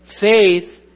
faith